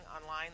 online